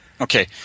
Okay